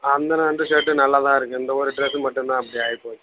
அந்த ரெண்டு ஷேர்ட்டு நல்லா தான் இருக்குது இந்த ஒரு டிரெஸ்ஸு மட்டும் தான் இப்படி ஆகி போச்சு